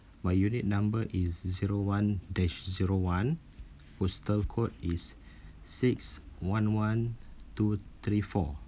my unit number is zero one dash zero one postal code is six one one two three four